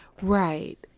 Right